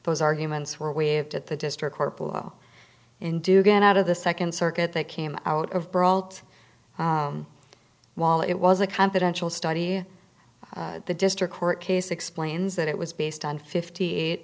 those arguments were waved at the district court below in do get out of the second circuit that came out of brault while it was a confidential study the district court case explains that it was based on fifty eight